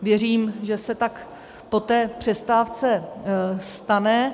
Věřím, že se tak po té přestávce stane.